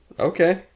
okay